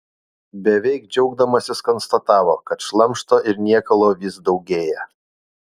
beveik džiaugdamasis konstatavo kad šlamšto ir niekalo vis daugėja